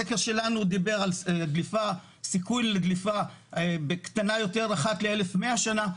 הסקר שלנו דיבר על סיכוי לדליפה קטנה יותר אחת ל-1,110 שנה,